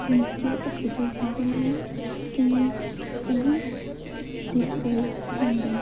केईं हास्पिटल ठीक होंदियां केईं देसी दोआई खलांदे न